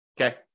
Okay